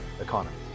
economy